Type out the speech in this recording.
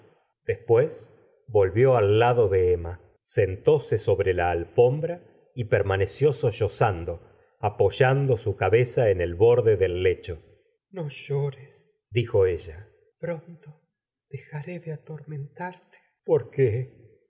después volvió al lado de emma sentóse sobre la alfombra y permaneció sollozando apoyando su cabeza en el borde del lecho no llores dijo ella pron to dejaré de atormentarte por